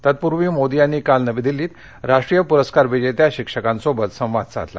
तत्पूर्वी मोदी यांनी काल नवी दिल्लीत राष्ट्रीय पुरस्कार विजेत्या शिक्षकांसोबत संवाद साधला